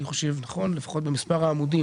לפחות במספר העמודים